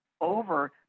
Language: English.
over